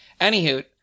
Anywho